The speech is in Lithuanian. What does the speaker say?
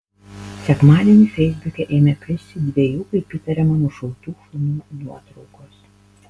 sekmadienį feisbuke ėmė plisti dviejų kaip įtariama nušautų šunų nuotraukos